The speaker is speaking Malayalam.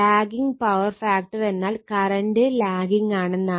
ലാഗിംഗ് പവർ ഫാക്ടർ എന്നാൽ കറണ്ട് ലാഗിംഗാണെന്നാണ്